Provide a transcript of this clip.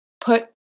put